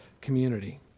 community